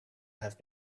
have